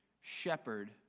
shepherd